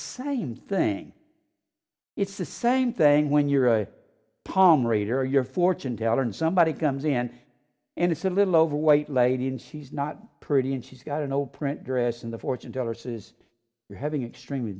same thing it's the same thing when you're a palm reader or your fortune teller and somebody comes in and it's a little over white lady and she's not pretty and she's got a no print dress and the fortune teller says you're having an extremely